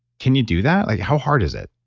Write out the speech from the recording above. can you do that? how hard is it?